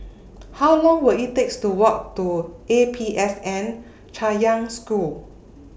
How Long Will IT takes to Walk to A P S N Chaoyang School